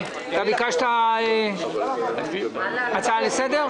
ביקשת הצעה לסדר?